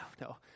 no